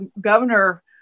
Governor